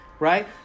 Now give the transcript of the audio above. Right